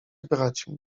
braćmi